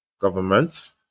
governments